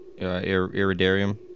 iridarium